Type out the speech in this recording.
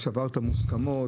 שברת מוסכמות,